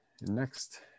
next